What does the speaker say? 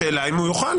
השאלה אם הוא יוכל.